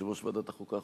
יושב-ראש ועדת החוקה,